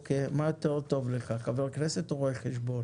או-קי, מה יותר טוב לך, חבר כנסת או רואה חשבון?